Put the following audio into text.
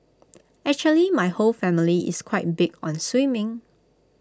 actually my whole family is quite big on swimming